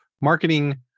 Marketing